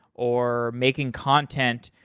or making content.